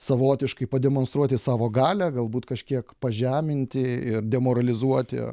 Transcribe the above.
savotiškai pademonstruoti savo galią galbūt kažkiek pažeminti ir demoralizuoti